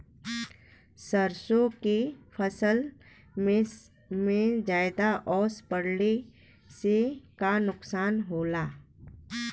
सरसों के फसल मे ज्यादा ओस पड़ले से का नुकसान होला?